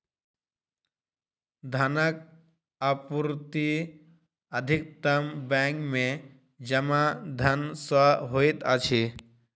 धनक आपूर्ति अधिकतम बैंक में जमा धन सॅ होइत अछि